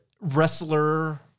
wrestler